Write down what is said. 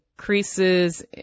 Increases